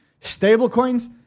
Stablecoins